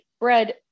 bread